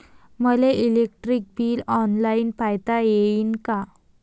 मले electric bill online पायता येईन का?